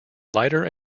lighter